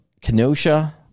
Kenosha